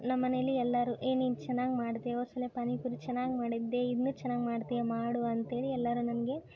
ನಮ್ಮ ಮನೇಲಿ ಎಲ್ಲರೂ ಏ ನೀನು ಚೆನ್ನಾಗಿ ಮಾಡಿದೆ ಓಸಲೆ ಪಾನಿಪುರಿ ಚೆನ್ನಾಗಿ ಮಾಡಿದ್ದೆ ಇನ್ನೂ ಚೆನ್ನಾಗಿ ಮಾಡ್ತೀಯ ಮಾಡು ಅಂತೇಳಿ ಎಲ್ಲರೂ ನನಗೆ